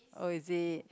oh is it